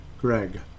Greg